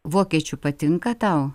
vokiečių patinka tau